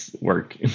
work